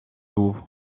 loue